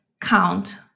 count